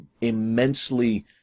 immensely